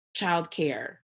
childcare